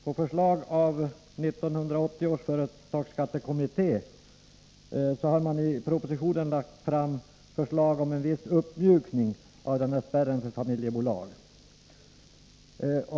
På förslag av 1980 års företagsskattekommitté har man i propositionen lagt fram förslag om viss uppmjukning av denna spärr för familjebolag.